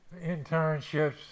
internships